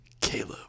Caleb